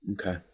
Okay